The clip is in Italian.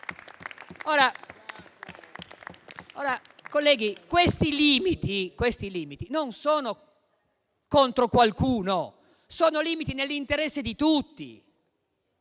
Colleghi, questi limiti non sono contro qualcuno, ma sono nell'interesse di tutti.